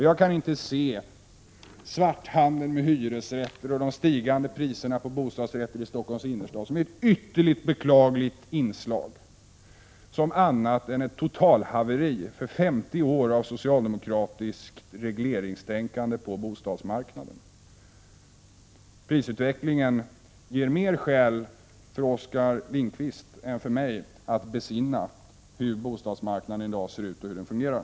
Jag kan inte se svarthandeln med hyresrätter och de stigande priserna på bostadsrätter i Stockholms innerstad, som är ytterligt beklagligt, som annat än ett totalhaveri för 50 år av socialdemokratiskt regleringstänkande på bostadsmarknaden. Prisutvecklingen ger mer skäl för Oskar Lindkvist än för mig att besinna hur bostadsmarknaden i dag ser ut och fungerar.